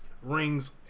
Rings